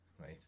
right